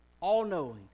All-knowing